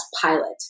pilot